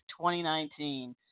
2019